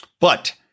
but-